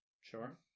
Sure